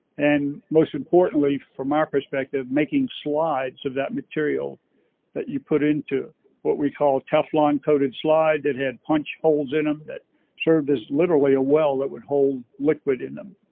and most importantly from our perspective, making slides of that material that you put into what we call a teflon coated slide that had punch holes in them that served as literally a well that would hold liquid in them.